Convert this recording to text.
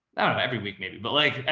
know every week maybe, but like,